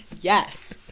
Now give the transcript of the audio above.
Yes